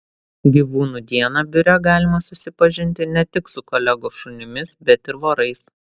gyvūnų dieną biure galima susipažinti ne tik su kolegų šunimis bet ir vorais